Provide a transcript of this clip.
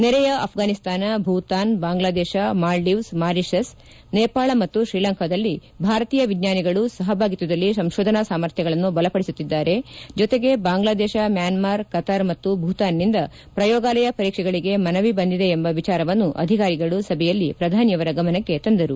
ನೆರೆಯ ಆಫ್ರಾನಿಸ್ತಾನ ಭೂತಾನ್ ಬಾಂಗ್ಲಾದೇಶ ಮಾಲ್ಜೀವ್ಸ್ ಮಾರಿಷಸ್ ನೇಪಾಳ ಮತ್ತು ಶ್ರೀಲಂಕಾದಲ್ಲಿ ಭಾರತೀಯ ವಿಜ್ಞಾನಿಗಳು ಸಪಭಾಗಿತ್ತದಲ್ಲಿ ಸಂಶೋಧನಾ ಸಾಮರ್ಥ್ಲಗಳನ್ನು ಬಲಪಡಿಸುತ್ತಿದ್ದಾರೆ ಜೊತೆಗೆ ಬಾಂಗ್ಲಾದೇಶ ಮ್ಯಾನ್ನಾರ್ ಕತಾರ್ ಮತ್ತು ಭೂತಾನ್ನಿಂದ ಪ್ರಯೋಗಾಲಯ ಪರೀಕ್ಷೆಗಳಿಗೆ ಮನವಿ ಬಂದಿದೆ ಎಂಬ ವಿಚಾರವನ್ನು ಅಧಿಕಾರಿಗಳು ಸಭೆಯಲ್ಲಿ ಪ್ರಧಾನಿಯವರ ಗಮನಕ್ಕೆ ತಂದರು